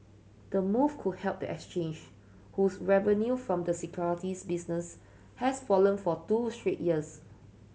the move could help the exchange whose revenue from the securities business has fallen for two straight years